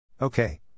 Okay